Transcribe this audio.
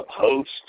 post